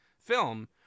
film